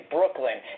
Brooklyn